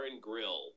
Grill